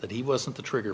that he wasn't the trigger